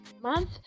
month